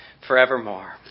forevermore